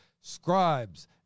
scribes